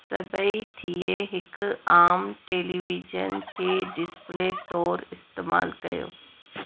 सभेई थिए हिकु आम टेलीविजन खे डिस्प्ले तौर इस्तेमालु कयो